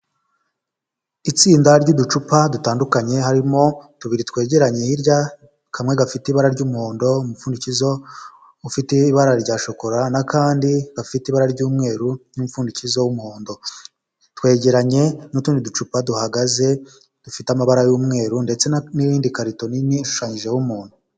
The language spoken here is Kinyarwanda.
Itsinda ry'uducupa dutandukanye harimo tubiri twegeranye hirya kamwe gafite ibara ry'umuhondo, umupfundikizo ufite ibara rya shokora n'akandi gafite ibara ry'umweru n'umupfundikizo w'umuhondo, twegeranye n'utundi ducupa duhagaze dufite amabara y'umweru n'indi karito nini ishushanyijeho umuntu.